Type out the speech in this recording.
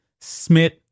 Smith